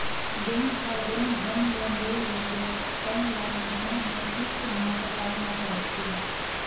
bank ह जउन home loan दे रहिथे तउन ल महिना म किस्त म पटाए ल परथे